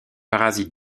parasites